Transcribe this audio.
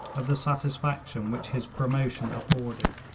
of the satisfaction which his promotion afforded.